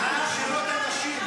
אבל מה הנשים שלהם אשמות?